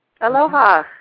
Aloha